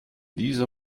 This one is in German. dieser